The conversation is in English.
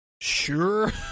sure